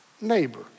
neighbor